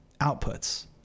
outputs